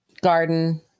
garden